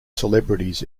celebrities